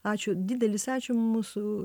ačiū didelis ačiū mūsų